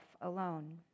alone